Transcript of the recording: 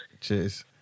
Cheers